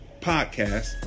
podcast